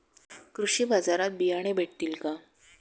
कृषी बाजारात बियाणे भेटतील का?